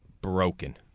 broken